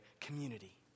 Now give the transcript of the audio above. community